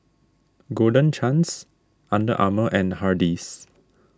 Golden Chance Under Armour and Hardy's